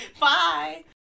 Bye